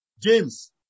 James